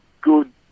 good